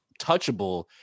touchable